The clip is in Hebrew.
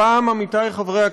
הפעם, עמיתי חברי הכנסת,